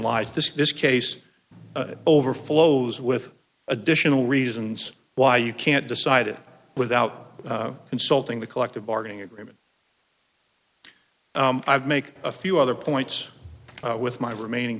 lies this this case overflows with additional reasons why you can't decide it without consulting the collective bargaining agreement i've make a few other points with my remaining